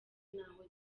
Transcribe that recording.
n’aho